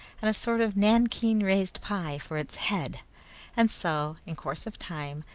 and a sort of nankeen raised pie for its head and so, in course of time,